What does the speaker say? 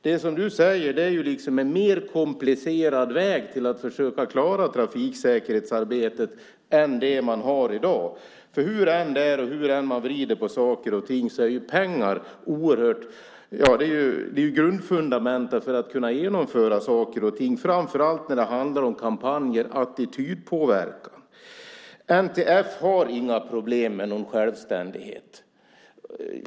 Det som du säger är en mer komplicerad väg till att försöka klara trafiksäkerhetsarbetet än den man har i dag. Hur det än är och hur man än vrider på saker och ting är pengar fundamentet för att man ska kunna genomföra saker och ting, framför allt när det handlar om kampanjer och attitydpåverkan. NTF har inga problem med självständighet.